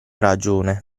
ragione